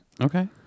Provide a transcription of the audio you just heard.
Okay